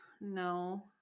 No